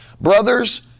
Brothers